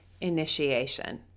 initiation